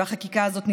והחקיקה הזאת נדרשת.